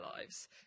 lives